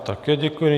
Také děkuji.